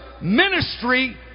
ministry